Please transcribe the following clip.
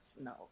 No